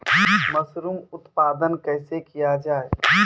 Mushroom उत्पादन कैसे किया जाय?